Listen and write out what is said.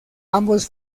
ambos